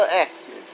active